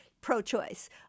pro-choice